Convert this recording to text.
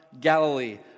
Galilee